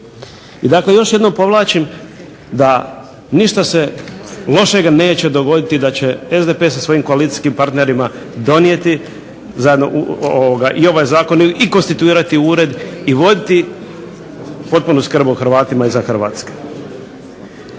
I dakle još jednom podvlačim da se ništa loše neće dogoditi da će SDP sa svojim koalicijskim partnerima donijeti i ovaj zakon i konstituirati ured i voditi potpunu skrb o Hrvatima izvan Hrvatske.